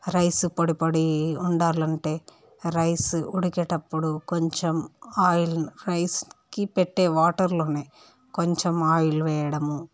rice పొడి పొడి ఉండాలంటే రైసు ఉడికేటప్పుడు కొంచెం ఆయిల్ రైస్కి పెట్టే వాటర్లోనే కొంచెం ఆయిల్ వేయడము